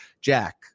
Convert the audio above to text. Jack